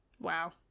wow